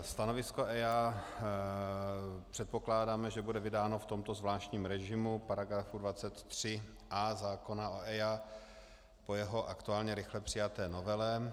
Stanovisko EIA předpokládáme, že bude vydáno v tomto zvláštním režimu paragrafu 23a zákona o EIA po jeho aktuálně rychle přijaté novele.